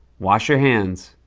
wash your hands.